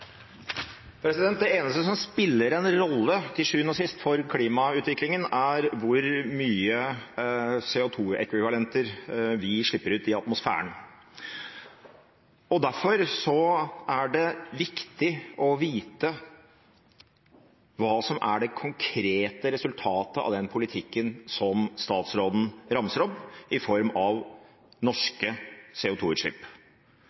Det eneste som til sjuende og sist spiller en rolle for klimautviklingen, er hvor mange CO2-ekvivalenter vi slipper ut i atmosfæren. Derfor er det viktig å vite hva som er det konkrete resultatet av den politikken som statsråden ramser opp, i form av